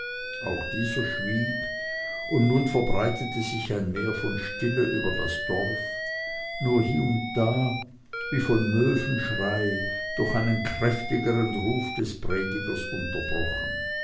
auch dieser schwieg und nun verbreitete sich ein meer von stille über das dorf nur hie und da wie von möwenschrei durch einen kräftigern ruf des predigers unterbrochen